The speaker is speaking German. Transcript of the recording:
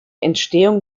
entstehung